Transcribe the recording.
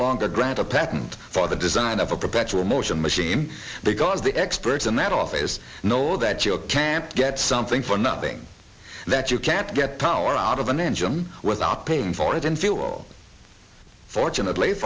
longer grant a patent for the design of a perpetual motion machine because the experts in that office know that you can't get something for nothing that you can't get power out of an engine without paying for it in fuel fortunate